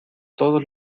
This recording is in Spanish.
todos